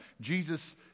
Jesus